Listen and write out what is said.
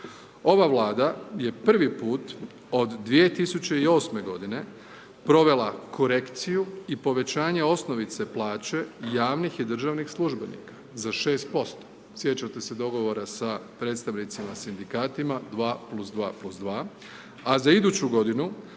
Ova Vlada je prvi put od 2008. godine provela korekciju i povećanje osnovice plaće javnih i državnih službenika za 6%. Sjećate se dogovora sa predstavnicima sindikatima 2 + 2 + 2, a za iduću godinu